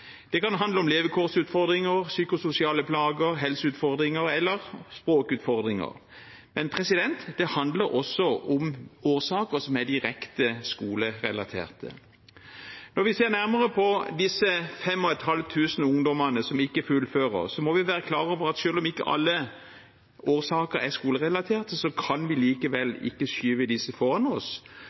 Det kan handle om levekårsutfordringer, psykososiale plager, helseutfordringer eller språkutfordringer. Men det handler også om årsaker som er direkte skolerelatert. Når vi ser nærmere på disse 5 500 ungdommene som ikke fullfører, må vi være klar over at selv om ikke alle årsaker er skolerelatert, kan vi likevel ikke skyve disse foran oss